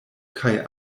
kaj